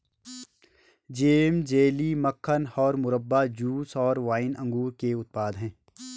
jam, jelly, मक्खन और मुरब्बा, जूस और वाइन अंगूर के उत्पाद हैं